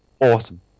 awesome